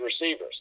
receivers